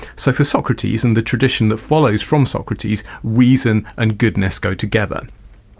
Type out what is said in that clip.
so for socrates and the tradition that follows from socrates, reason and goodness go together.